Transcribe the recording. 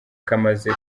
kamaze